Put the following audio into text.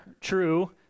true